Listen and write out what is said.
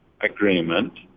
agreement